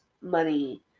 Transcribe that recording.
money